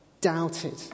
doubted